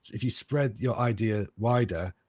if you spread your idea wider,